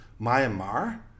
Myanmar